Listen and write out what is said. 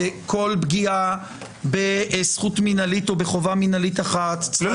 וכל פגיעה בזכות מינהלית או בחובה מינהלית אחת צריכה --- לא,